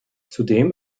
zudem